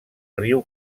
riu